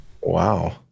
Wow